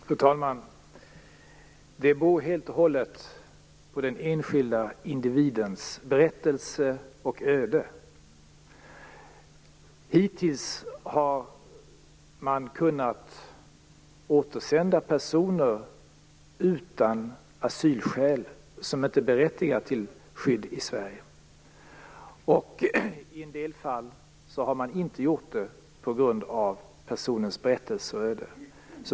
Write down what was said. Fru talman! Det beror helt och hållet på den enskilda individens berättelse och öde. Hittills har man kunnat återsända personer utan asylskäl, personer som inte är berättigade till skydd i Sverige. I en del fall har man inte gjort detta på grund av personens berättelse och öde.